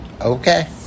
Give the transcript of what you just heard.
Okay